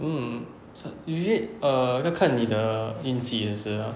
mm usually err 要看你的运气也是 ah